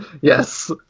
Yes